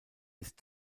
ist